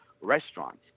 restaurants